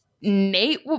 Nate